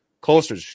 closer